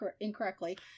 incorrectly